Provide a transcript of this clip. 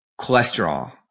cholesterol